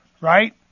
Right